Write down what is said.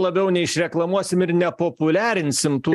labiau ne išreklamuosim ir ne populiarinsim tų